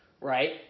right